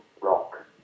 rock